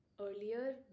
earlier